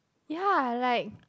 ya like